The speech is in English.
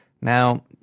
Now